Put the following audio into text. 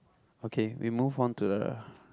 okay we move on to the